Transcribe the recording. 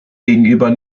gegenüber